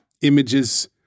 images